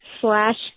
slash